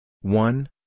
One